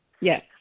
Yes